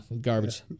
garbage